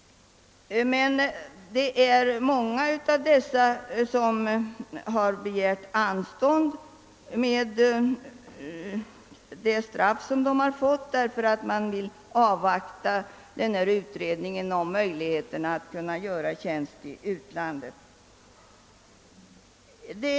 Många av dessa har emellertid begärt anstånd med det straff som de har fått, eftersom de vill avvakta utredningen om möjligheter att göra tjänst i uland.